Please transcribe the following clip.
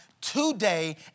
today